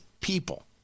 people